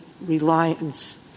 reliance